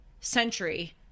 century